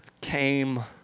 came